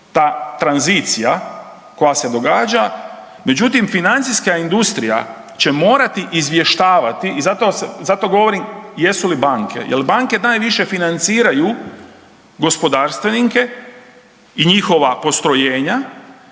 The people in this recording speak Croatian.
ta tranzicija koja se događa, međutim, financijska industrija će morati izvještavati i zato govorim jesu li banke, jer banke najviše financiraju gospodarstvenike i njihova postrojenja